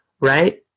right